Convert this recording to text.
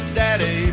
daddy